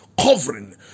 covering